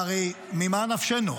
והרי ממה נפשנו?